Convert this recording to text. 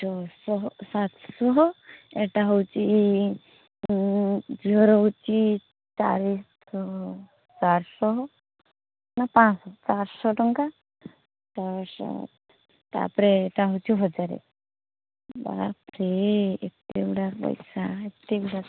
ଛଅଶହ ସାତଶହ ଏଟା ହେଉଛି ଝିଅର ହେଉଛି ଚାରିଶହ ଚାରିଶହ ନା ପାଞ୍ଚଶହ ଟଙ୍କା ତାପରେ ଏଟା ହେଉଛି ହଜାରେ ବାପ୍ରେ ଏତେଗୁଡ଼ା ପଇସା ଏତେଗୁଡ଼ା